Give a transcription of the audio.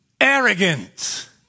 arrogant